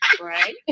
Right